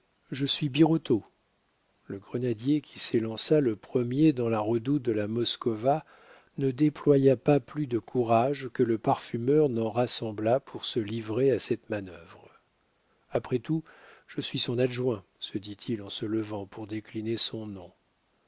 je suis birotteau le grenadier qui s'élança le premier dans la redoute de la moskowa ne déploya pas plus de courage que le parfumeur n'en rassembla pour se livrer à cette manœuvre après tout je suis son adjoint se dit-il en se levant pour décliner son nom